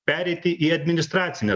pereiti į administracinę